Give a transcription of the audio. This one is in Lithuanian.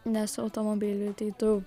nes automobiliui tai tu